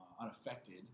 unaffected